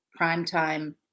primetime